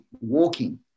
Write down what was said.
walking